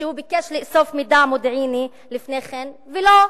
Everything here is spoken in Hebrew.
שביקש לאסוף מידע מודיעיני לפני כן ולא אספו.